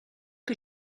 que